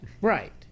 right